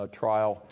trial